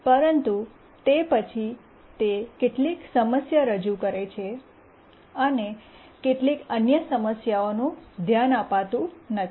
પરંતુ તે પછી તે કેટલીક સમસ્યા રજૂ કરે છે અને કેટલીક અન્ય સમસ્યાઓનું ધ્યાન આપતું નથી